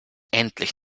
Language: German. endlich